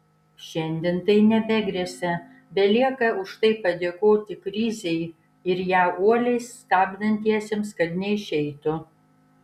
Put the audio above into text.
šiandien tai nebegresia belieka už tai padėkoti krizei ir ją uoliai stabdantiesiems kad neišeitų